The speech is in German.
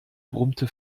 brummte